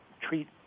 treat